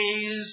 days